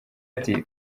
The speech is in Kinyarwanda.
ati